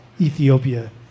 Ethiopia